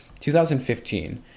2015